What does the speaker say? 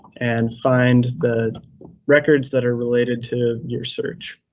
and find the records that are related to your search.